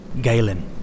Galen